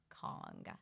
Kong